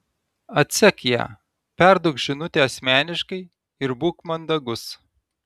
atsek ją perduok žinutę asmeniškai ir būk mandagus